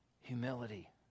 Humility